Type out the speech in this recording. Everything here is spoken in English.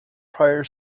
prior